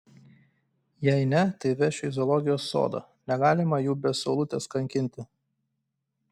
jei ne tai vešiu į zoologijos sodą negalima jų be saulutės kankinti